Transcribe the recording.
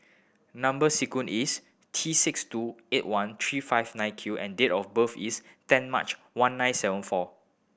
number sequence is T six two eight one three five nine Q and date of birth is ten March one nine seven four